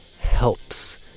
helps